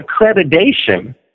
accreditation